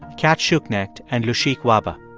cat schuknecht and lushik wahba